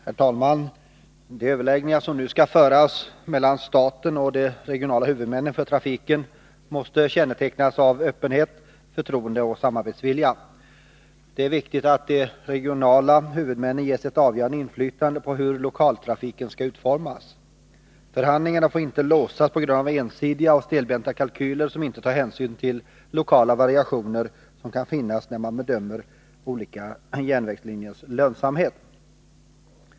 Herr talman! De överläggningar som nu skall föras mellan staten och de regionala huvudmännen för trafiken måste kännetecknas av öppenhet, förtroende och samarbetsvilja. Det är viktigt att de regionala huvudmännen ges ett avgörande inflytande på hur lokaltrafiken skall utformas. Förhandlingarna får inte låsas på grund av ensidiga och stelbenta kalkyler som inte tar hänsyn till de lokala variationer som kan finnas när man bedömer olika järnvägslinjers lönsamhet.